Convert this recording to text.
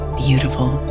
beautiful